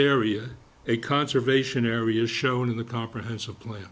area a conservation area shown in the comprehensive plan